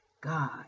God